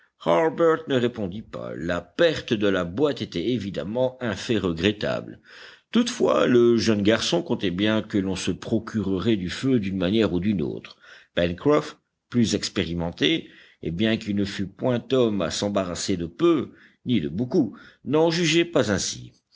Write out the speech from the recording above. ne répondit pas la perte de la boîte était évidemment un fait regrettable toutefois le jeune garçon comptait bien que l'on se procurerait du feu d'une manière ou d'une autre pencroff plus expérimenté et bien qu'il ne fût point homme à s'embarrasser de peu ni de beaucoup n'en jugeait pas ainsi